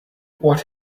what